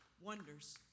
wonders